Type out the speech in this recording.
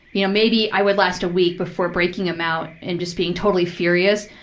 you know, maybe i would last a week before breaking them out and just being totally furious.